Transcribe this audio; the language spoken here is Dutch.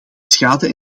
schade